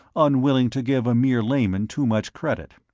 unwilling to give a mere layman too much credit.